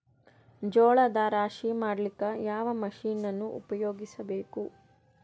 ಜೋಳದ ರಾಶಿ ಮಾಡ್ಲಿಕ್ಕ ಯಾವ ಮಷೀನನ್ನು ಉಪಯೋಗಿಸಬೇಕು?